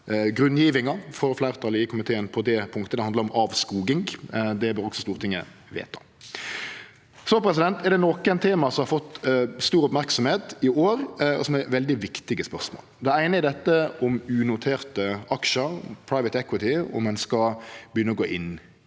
grunngjevinga frå fleirtalet i komiteen på det punktet – det handlar om avskoging. Det bør også Stortinget vedta. Så er det nokre tema som har fått stor merksemd i år, og som er veldig viktige spørsmål. Det eine er unoterte aksjar, «private equity», og om ein skal begynne å gå inn